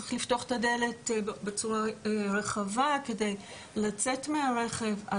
צריך לפתוח את הדלת בצורה רחבה כדי לצאת מהרכב,